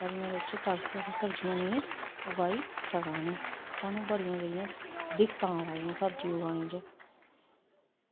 घरें दे बिच्च ताकि असें सब्ज़ियां निं उगाई सकनें सानू बड़ियां जेह्ड़ियां दिक्कतां आवा दियां सब्ज़ियां उगाने च